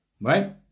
right